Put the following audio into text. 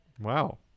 Wow